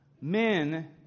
men